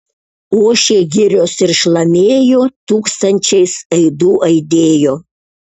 ošė girios ir šlamėjo tūkstančiais aidų aidėjo